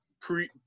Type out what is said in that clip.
pre